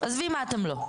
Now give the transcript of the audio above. עזבי מה אתם לא.